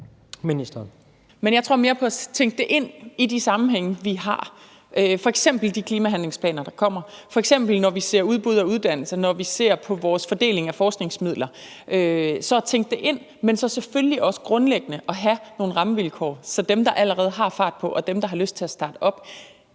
mere på at tænke det ind i de sammenhænge, vi har, f.eks. i de klimahandlingsplaner, der kommer, f.eks. når vi ser udbud af uddannelser, og når vi ser på vores fordeling af forskningsmidler. Der skal vi tænke det ind, og vi skal selvfølgelig også grundlæggende have nogle rammevilkår, så dem, der allerede har fart på, og dem, der har lyst til at starte op,